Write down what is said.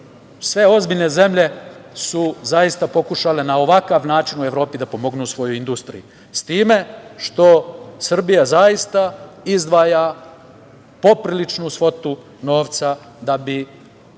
Sve ozbiljne zemlje su zaista pokušale na ovakav način u Evropi da pomognu svojoj industriji, time što Srbija zaista izdvaja popriličnu svotu novca da bi